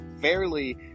fairly